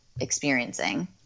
experiencing